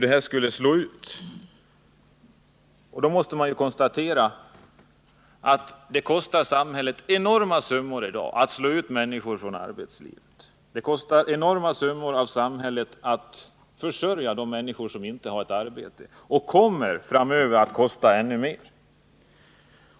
I det sammanhanget vill jag framhålla att man måste beakta att det i dag kostar samhället enorma summor att slå ut människor från arbetslivet och att försörja de människor som inte har ett arbete, och det kommer framöver att kosta än mer.